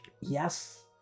Yes